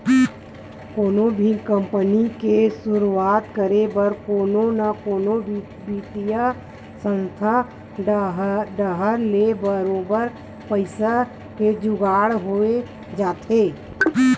कोनो भी कंपनी के सुरुवात करे बर कोनो न कोनो बित्तीय संस्था डाहर ले बरोबर पइसा के जुगाड़ होई जाथे